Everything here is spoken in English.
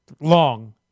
long